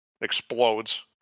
Explodes